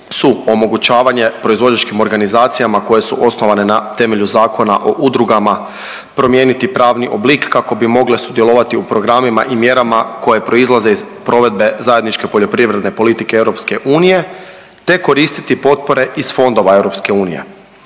su omogućavanje proizvođačkim organizacijama koje su osnovane na temelju Zakona o udrugama promijeniti pravni oblik kako bi mogle sudjelovati u programima i mjerama koje proizlaze iz provedbe zajedničke poljoprivredne politike EU, te koristiti potpore iz fondova EU.